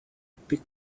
big